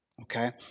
okay